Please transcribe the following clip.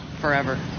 forever